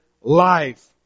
life